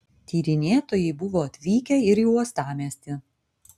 tyrinėtojai buvo atvykę ir į uostamiestį